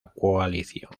coalición